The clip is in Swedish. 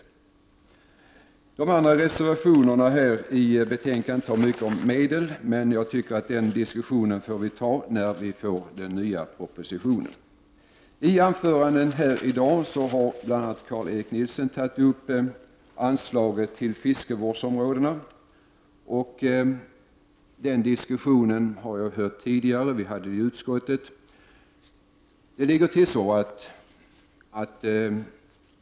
De andra reservationerna i betänkandet handlar mycket om medel, men jag tycker att vi får ta den diskussionen när den nya propositionen kommer. I anföranden här i dag, bl.a. av Carl G Nilsson, har man tagit upp frågan om anslaget till fiskevårdsområdena. Den diskussionen har jag hört tidigare; vi förde den i utskottet.